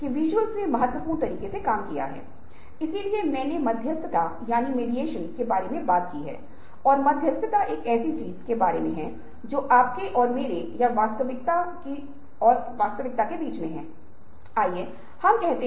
फिर हम परीक्षण और संशोधित करते हैं और अंत में एक विशेष मुद्दे पर गहन सोच के बारे मे और एकीकृत करते हैं